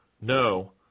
no